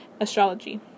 astrology